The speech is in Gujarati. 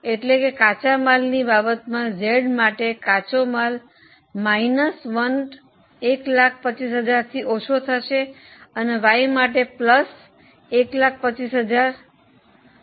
એટલે કે કાચા માલની બાબતમાં Z માટે કાચો માલ 125000 થી ઓછો થશે અને Y માટે 125000 થી કાચા માલનો વધારો થશે